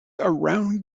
around